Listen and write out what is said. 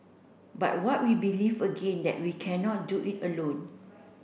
but what we believe again that we cannot do it alone